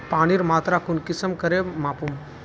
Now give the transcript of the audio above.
पानीर मात्रा कुंसम करे मापुम?